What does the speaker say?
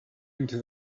into